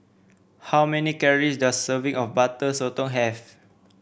how many calories does a serving of Butter Sotong have